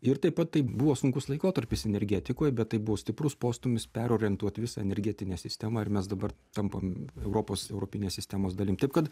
ir taip pat tai buvo sunkus laikotarpis energetikoj bet tai buvo stiprus postūmis perorientuot visą energetinę sistemą ir mes dabar tampam europos europinės sistemos dalim kaip kad